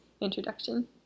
introduction